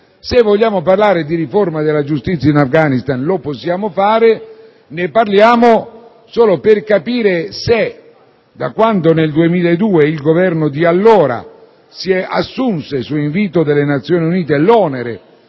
Se vogliamo parlare di riforma della giustizia in Afghanistan, lo possiamo fare; ne parliamo solo per capire se, da quando nel 2002 il Governo di allora si assunse, su invito delle Nazioni Unite, l'onere